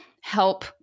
help